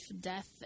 death